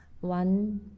one